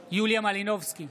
בהצבעה יוליה מלינובסקי,